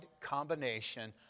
combination